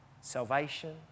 salvation